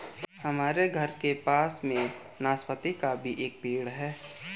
हमारे घर के पास में नाशपती का भी एक पेड़ है